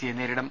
സിയെ നേരിടും